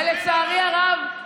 ולצערי הרב,